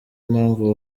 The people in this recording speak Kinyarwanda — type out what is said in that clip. impamvu